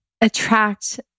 attract